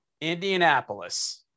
Indianapolis